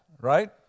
right